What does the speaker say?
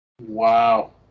Wow